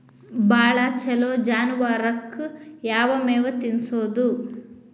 ಭಾಳ ಛಲೋ ಜಾನುವಾರಕ್ ಯಾವ್ ಮೇವ್ ತಿನ್ನಸೋದು?